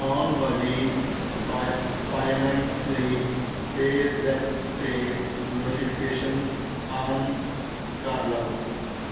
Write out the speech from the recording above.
ਆਉਣ ਵਾਲੀ pay payments ਲਈ ਪੇਜ਼ੈਪ 'ਤੇ ਨੋਟੀਫਿਕੇਸ਼ਨ ਆਨ ਕਰ ਲਓ